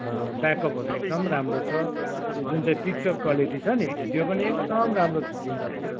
ब्याकअपहरू एकदम राम्रो छ यो जुन चाहिँ पिक्चर क्वालिटी छ नि भिडियो पनि एकदम राम्रो खिचिन्दो रहेछ